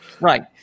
Right